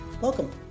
Welcome